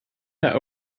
that